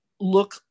look